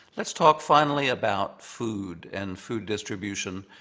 let's talk finally about food and food distribution.